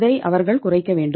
இதை அவர்கள் குறைக்க வேண்டும்